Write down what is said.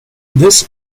this